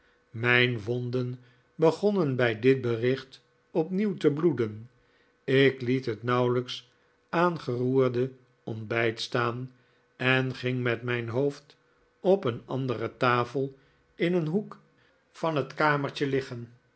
mijn wonden begonnen bij dit bericht opnieuw te bloeden ik liet het nauwelijks aangeroerde ontbijt staan en ging met mijn hoofd op een andere tafel in een hoek van het kamertje liggen